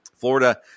Florida